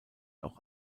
auch